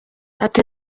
ati